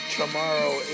tomorrow